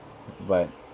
but